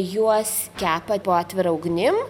juos kepa po atvira ugnim